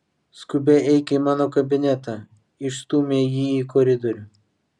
skubiai eik į mano kabinetą išstūmė jį į koridorių